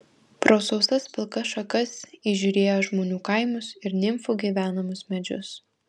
pro sausas pilkas šakas įžiūrėjo žmonių kaimus ir nimfų gyvenamus medžius